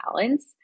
balance